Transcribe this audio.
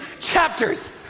chapters